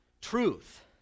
truth